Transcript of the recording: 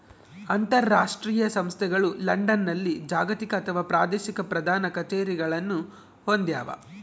ಅಂತರಾಷ್ಟ್ರೀಯ ಸಂಸ್ಥೆಗಳು ಲಂಡನ್ನಲ್ಲಿ ಜಾಗತಿಕ ಅಥವಾ ಪ್ರಾದೇಶಿಕ ಪ್ರಧಾನ ಕಛೇರಿಗಳನ್ನು ಹೊಂದ್ಯಾವ